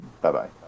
Bye-bye